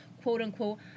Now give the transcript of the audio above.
quote-unquote